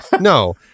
no